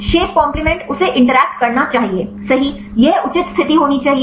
shape complement उसे interact करना चाहिए सही यह उचित स्थिति होनी चाहिए